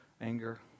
anger